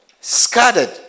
scattered